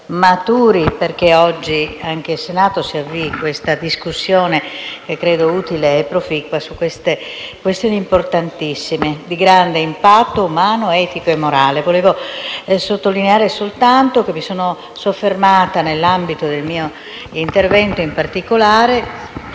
maturi perché oggi, anche in Senato, si avvii questa discussione, che credo utile e proficua, su tali questioni importantissime, di grande impatto umano, etico e morale. Volevo sottolineare soltanto che mi sono soffermata, nell'ambito del mio intervento, in particolare